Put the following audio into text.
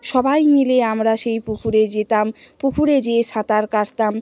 সবাই মিলে আমরা সেই পুকুরে যেতাম পুকুরে যেয়ে সাঁতার কাটতাম